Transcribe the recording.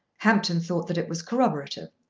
hampton thought that it was corroborative.